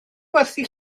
gwerthu